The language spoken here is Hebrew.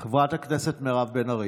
חברת הכנסת מירב בן ארי,